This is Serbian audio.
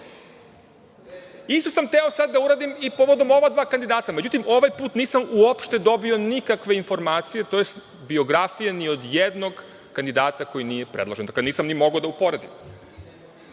Isto sam hteo sad da uradim i povodom ova dva kandidata, međutim, ovaj put nisam uopšte dobio nikakve informacije, tj. biografije ni od jednog kandidata koji nije predložen. Dakle, nisam ni mogao da uporedim. Dakle,